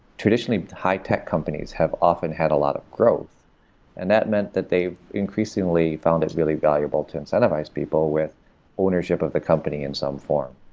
traditionally, high-tech companies have often had a lot of growth and that they meant that they've increasingly found it really valuable to incentivize people with ownership of the company in some form.